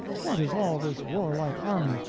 what is all this warlike army,